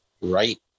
right